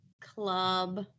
club